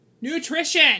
nutrition